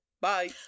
Bye